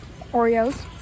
Oreos